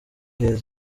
heza